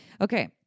Okay